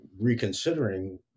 reconsidering